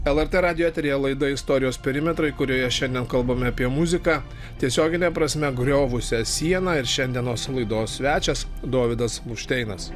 lrt radijo eteryje laida istorijos perimetrai kurioje šiandien kalbame apie muziką tiesiogine prasme griovusią sieną ir šiandienos laidos svečias dovydas blufšteinas